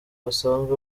basanzwe